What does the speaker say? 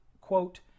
quote